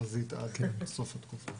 לתחזית עד לסוף התקופה.